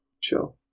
Sure